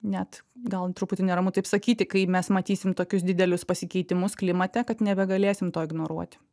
net gal truputį neramu taip sakyti kai mes matysim tokius didelius pasikeitimus klimate kad nebegalėsim to ignoruoti